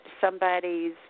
somebody's